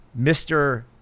Mr